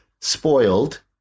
spoiled